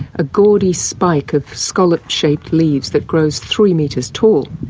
a gaudy spike of scalloped shaped leaves that grows three metres tall.